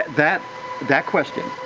that that question,